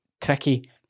tricky